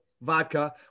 vodka